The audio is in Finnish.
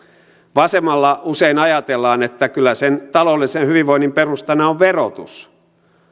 vasemmalla usein ajatellaan että kyllä sen taloudellisen hyvinvoinnin perustana on verotus